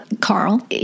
Carl